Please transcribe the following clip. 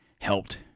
helped